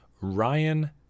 Ryan